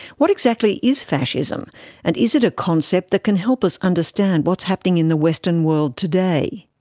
what exactly is fascism and is it a concept that can help us understand what's happening in the western world today?